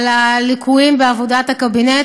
על הליקויים בעבודת הקבינט.